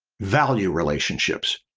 value relationships,